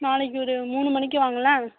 நாளைக்கு ஒரு மூணு மணிக்கு வாங்களேன்